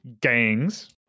gangs